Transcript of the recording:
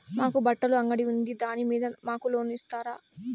మాకు బట్టలు అంగడి ఉంది దాని మీద మాకు లోను ఇస్తారా